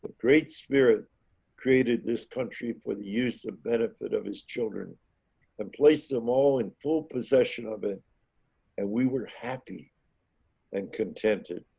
but great spirit created this country for the use of benefit of his children and place them all in full possession of it and we were happy and contented.